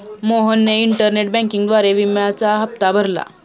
मोहनने इंटरनेट बँकिंगद्वारे विम्याचा हप्ता भरला